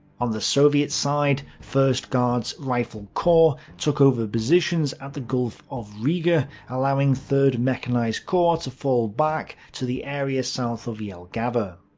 on the soviet side, first guards rifle corps took over positions at the gulf of riga, allowing third mechanized corps to fall back to the area south of jelgava.